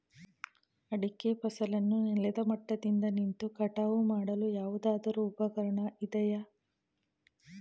ಅಡಿಕೆ ಫಸಲನ್ನು ನೆಲದ ಮಟ್ಟದಿಂದ ನಿಂತು ಕಟಾವು ಮಾಡಲು ಯಾವುದಾದರು ಉಪಕರಣ ಇದೆಯಾ?